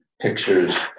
pictures